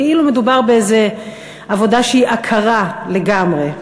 כאילו מדובר באיזה עבודה שהיא עקרה לגמרי.